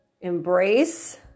embrace